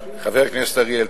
חבר הכנסת אריאל,